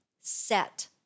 set